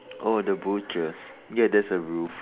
oh the butcher's ya there's a roof